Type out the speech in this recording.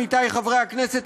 עמיתי חברי הכנסת,